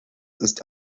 ist